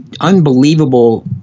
unbelievable